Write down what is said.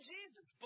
Jesus